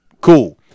cool